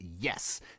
yes